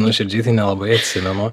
nuoširdžiai tai nelabai atsimenu